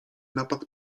napad